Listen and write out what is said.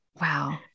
Wow